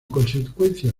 consecuencia